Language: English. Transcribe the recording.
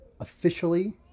officially